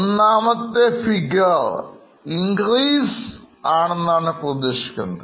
ഒന്നാമത്തെ figure Increase ആണെന്നാണ് പ്രതീക്ഷിക്കുക